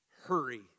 hurry